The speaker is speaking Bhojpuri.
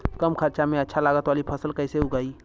कम खर्चा में अच्छा लागत वाली फसल कैसे उगाई?